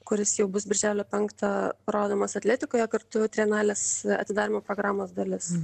kuris jau bus birželio penktą rodomas atletikoje kartu trienalės atidarymo programos dalis